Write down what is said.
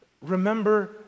Remember